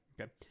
Okay